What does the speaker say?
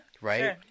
Right